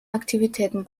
aktivitäten